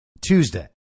Tuesday